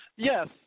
Yes